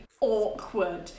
awkward